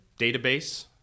database